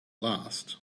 last